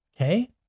okay